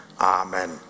Amen